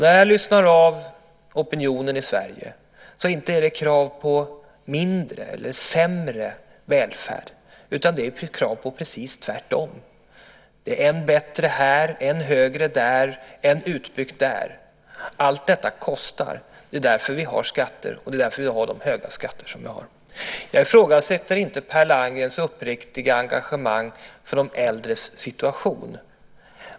När jag lyssnar av opinionen i Sverige är det inte krav på mindre välfärd eller på en sämre välfärd, utan det är krav på raka motsatsen som kommer till uttryck: än bättre här, än högre där, än utbyggt där. Allt detta kostar. Det är därför som vi har skatter, och det är därför som vi har de höga skatter som vi har. Jag ifrågasätter inte Per Landgrens uppriktiga engagemang för de äldres situation.